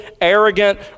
arrogant